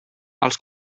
els